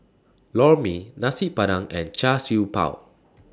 Lor Mee Nasi Padang and Char Siew Bao